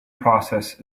process